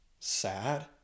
sad